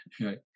right